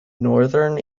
northern